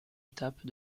étapes